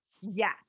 Yes